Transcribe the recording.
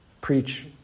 preach